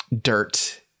dirt